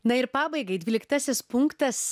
na ir pabaigai dvyliktasis punktas